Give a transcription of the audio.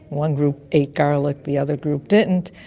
one group ate garlic, the other group didn't.